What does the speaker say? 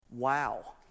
Wow